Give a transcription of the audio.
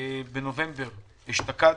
בנובמבר אשתקד,